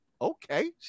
okay